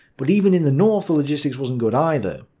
but even in the north the logistics wasn't good either.